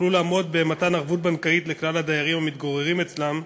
יוכלו לעמוד במתן ערבות בנקאית לכלל הדיירים המתגוררים אצלם.